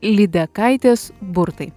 lydekaitės burtai